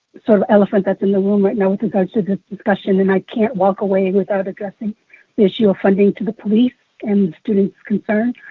sort of elephant that's in the room right now with regards to the discussion, and i can't walk away without addressing the issue of funding to the police and students concerned,